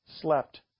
slept